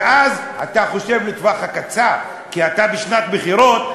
ואז אתה חושב לטווח הקצר, כי אתה בשנת בחירות.